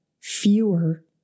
fewer